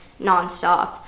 nonstop